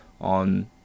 on